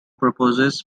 proposes